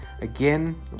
Again